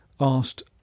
asked